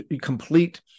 complete